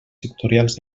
sectorials